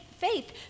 faith